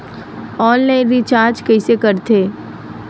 Online recharge कइसे करथे?